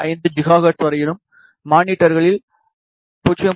5 gigahertz வரையிலும் மானிட்டர்களில் 0